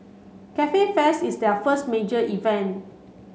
Cafe Fest is their first major event